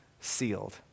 sealed